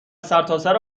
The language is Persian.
سرتاسر